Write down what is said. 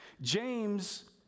James